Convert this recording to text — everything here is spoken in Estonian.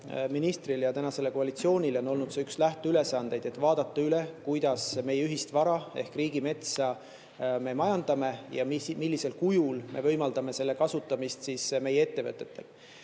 ministrile ja praegusele koalitsioonile on olnud see üks lähteülesandeid, et vaadata üle, kuidas meie ühist vara ehk riigimetsa me majandame ja millisel kujul me võimaldame selle kasutamist meie ettevõtetel.